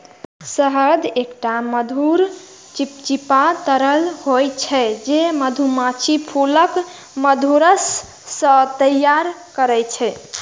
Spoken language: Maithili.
शहद एकटा मधुर, चिपचिपा तरल होइ छै, जे मधुमाछी फूलक मधुरस सं तैयार करै छै